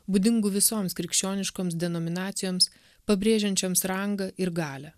būdingų visoms krikščioniškoms denominacijoms pabrėžiančioms rangą ir galią